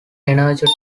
energetic